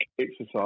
exercise